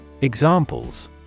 Examples